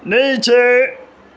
نیچے